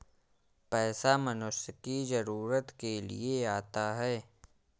पैसा मनुष्य की जरूरत के लिए आता है